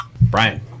Brian